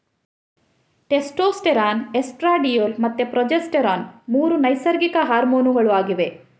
testosterone, estradiol ಮತ್ತೆ progesterone ಮೂರು ನೈಸರ್ಗಿಕ ಹಾರ್ಮೋನುಗಳು ಆಗಿವೆ